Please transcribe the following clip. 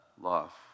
love